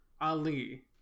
Ali